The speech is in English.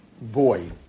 Boy